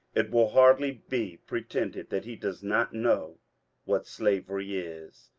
it will hardly be pre tended that he does not know what slavery is.